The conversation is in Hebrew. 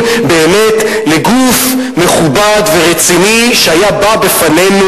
באמת לגוף מכובד ורציני שהיה בא בפנינו,